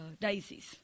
daisies